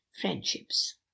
friendships